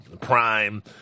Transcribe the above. Prime